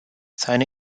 seine